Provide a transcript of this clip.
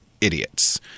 idiots